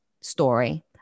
story